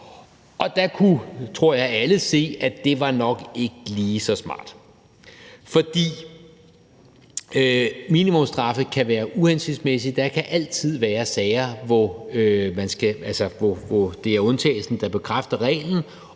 Der kunne alle, tror jeg, se, at det nok ikke lige var så smart. Minimumsstraffe kan være uhensigtsmæssige. Der kan altid være sager, hvor det er undtagelsen, der bekræfter reglen,